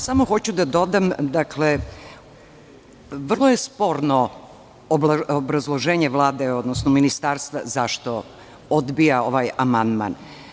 Samo hoću da dodam da je vrlo sporno obrazloženje Vlade, odnosno Ministarstva zašto odbija ovaj amandman.